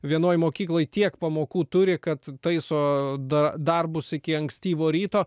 vienoj mokykloj tiek pamokų turi kad taiso da darbus iki ankstyvo ryto